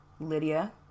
Lydia